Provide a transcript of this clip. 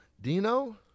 Dino